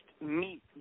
meet